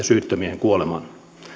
syyttömien kuolemaan